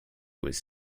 was